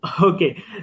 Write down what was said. Okay